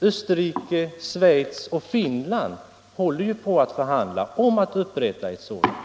Österrike, Schweiz och Finland håller ju på att förhandla om att upprätta ett sådant avtal.